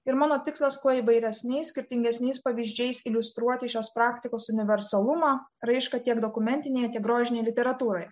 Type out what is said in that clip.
ir mano tikslas kuo įvairesniais skirtingesniais pavyzdžiais iliustruoti šios praktikos universalumą raišką tiek dokumentinėje tiek grožinėje literatūroje